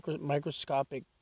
microscopic